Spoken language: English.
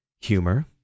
Humor